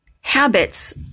habits